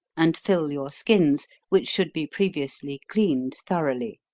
and fill your skins, which should be previously cleaned thoroughly.